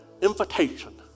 invitation